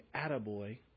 attaboy